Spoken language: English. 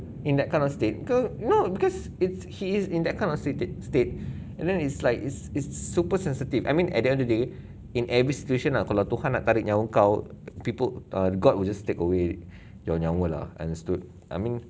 in that kind of state ke you know because it's he's in that kind of that state state and then he's like he's super sensitive I mean at the end of the day in every situation err kalau tuhan nak tarik nyawa kau people err god would just take away your nyawa lah understood I mean